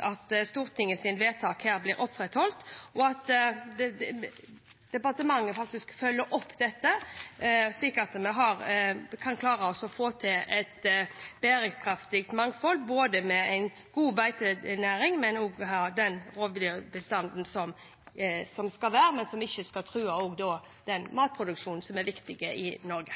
at Stortingets vedtak blir opprettholdt, og at departementet følger opp dette, slik at vi kan klare å få til et bærekraftig mangfold, med både en god beitenæring og å ha den rovdyrbestanden som skal være, men som ikke truer den matproduksjonen som er viktig i Norge.